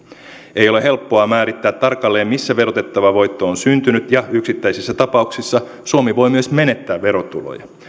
ei ole helppoa määrittää tarkalleen missä verotettava voitto on syntynyt ja yksittäisissä tapauksissa suomi voi myös menettää verotuloja